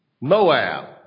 Moab